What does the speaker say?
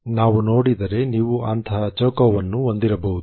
ನಾವು ನೋಡಿದರೆ ನೀವು ಅಂತಹ ಚೌಕವನ್ನು ಹೊಂದಿರಬಹುದು